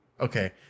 Okay